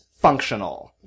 functional